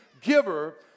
giver